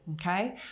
Okay